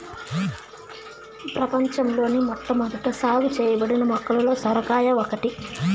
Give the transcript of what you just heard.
ప్రపంచంలోని మొట్టమొదట సాగు చేయబడిన మొక్కలలో సొరకాయ ఒకటి